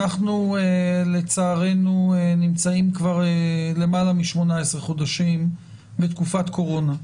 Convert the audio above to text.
אנחנו לצערנו נמצאים כבר למעלה מ-18 חודשים בתקופת קורונה.